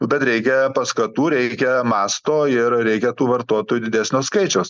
nu bet reikia paskatų reikia masto ir reikia tų vartotojų didesnio skaičiaus